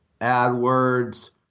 AdWords